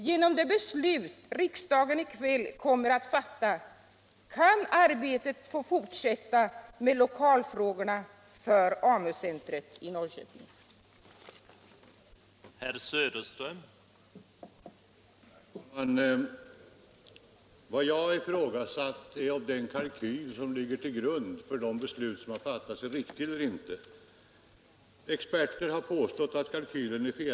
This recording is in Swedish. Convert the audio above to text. Genom det beslut som riksdagen i kväll kommer att fatta kan arbetet med lokalfrågorna för AMU-centret i Norrköping få fortsätta.